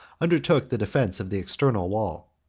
undertook the defence of the external wall.